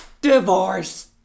Divorce